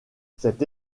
cette